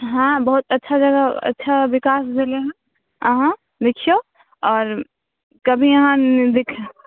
हँ बहुत अच्छा जगह अच्छा विकास भेलै हँ अहाँ देखिऔ आओर कभी अहाँ